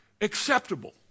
acceptable